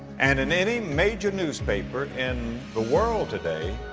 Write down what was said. and in any major newspaper in the world today,